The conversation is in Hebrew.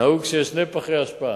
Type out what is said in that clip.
נהוג שבכל מקום יש שני פחי אשפה,